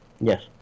Yes